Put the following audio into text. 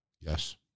Yes